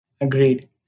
Agreed